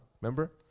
remember